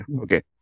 okay